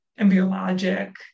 embryologic